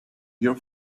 your